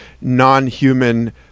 non-human